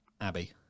Abby